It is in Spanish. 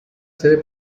sede